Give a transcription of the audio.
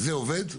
זה עובד?